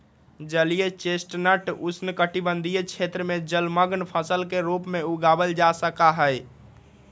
जलीय चेस्टनट उष्णकटिबंध क्षेत्र में जलमंग्न फसल के रूप में उगावल जा सका हई